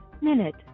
minute